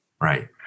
Right